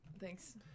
Thanks